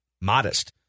Modest